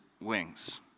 wings